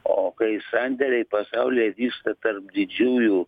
o kai sandėriai pasaulyje vyksta tarp didžiųjų